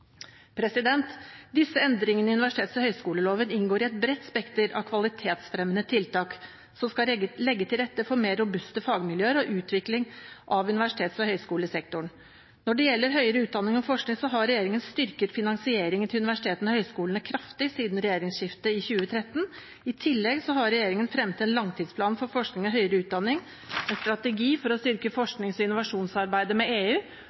Disse endringene i universitets- og høyskoleloven inngår i et bredt spekter av kvalitetsfremmende tiltak som skal legge til rette for mer robuste fagmiljøer og utvikling av universitets- og høyskolesektoren. Når det gjelder høyere utdanning og forskning, har regjeringen styrket finansieringen til universitetene og høyskolene kraftig siden regjeringsskiftet i 2013. I tillegg har regjeringen fremmet en langtidsplan for forskning og høyere utdanning, en strategi for å styrke forsknings- og innovasjonsarbeidet med EU